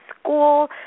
school